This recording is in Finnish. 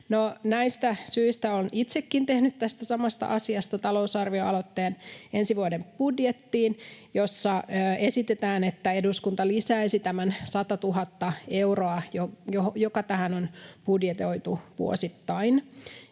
Näistä syistä olen itsekin tehnyt ensi vuoden budjettiin tästä samasta asiasta talousarvioaloitteen, jossa esitetään, että eduskunta lisäisi tämän 100 000 euroa, joka tähän on budjetoitu vuosittain.